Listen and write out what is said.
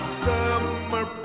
summer